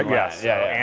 yeah yeah.